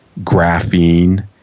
graphene